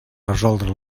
resoldre